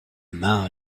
mains